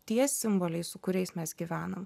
tie simboliai su kuriais mes gyvenam